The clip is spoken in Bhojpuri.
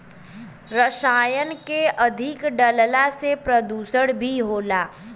रसायन के अधिक डलला से प्रदुषण भी होला